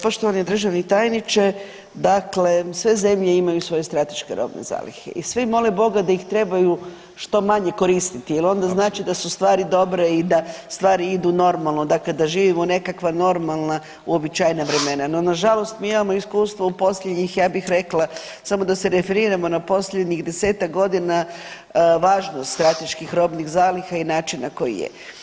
Poštovani državni tajniče, dakle sve zemlje imaju svoje strateške robne zalihe i svi mole Boga da ih trebaju što manje koristiti jer onda znači da su stvari dobro i da stvari idu normalno, dakle da živimo u nekakva normalna uobičajena vremena, no nažalost mi imamo iskustvo u posljednjih, ja bih rekla samo da se referiramo na posljednjih 10-ak godina važnost strateških robnih zaliha i načina koji je.